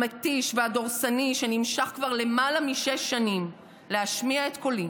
המתיש והדורסני שנמשך כבר למעלה משש שנים: להשמיע את קולי.